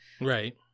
Right